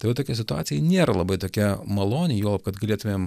tai va tokia situacija nėra labai tokia maloni juolab kad galėtumėm